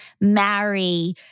marry